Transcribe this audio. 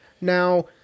Now